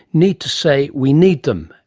need to say we need them,